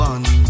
One